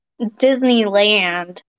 Disneyland